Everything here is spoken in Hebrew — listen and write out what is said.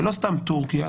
ולא סתם טורקיה,